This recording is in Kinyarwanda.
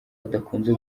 adakunze